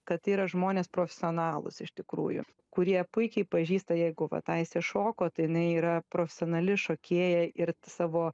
kad tai yra žmonės profesionalūs iš tikrųjų kurie puikiai pažįsta jeigu vat aistė šoko tai jinai yra profesionali šokėja ir savo